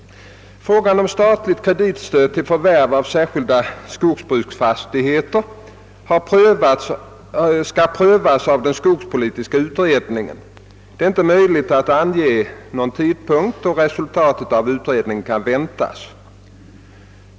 Frågan om statligt kreditstöd till förvärv av särskilda skogsbruksfastigheter skall prövas av den skogspolitiska utredningen. Det är inte nu möjligt att ange någon tidpunkt då resultatet av utredningen kan väntas.